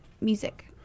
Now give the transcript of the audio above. music